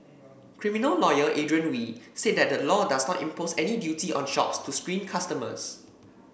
criminal lawyer Adrian Wee said that the law does not impose any duty on shops to screen customers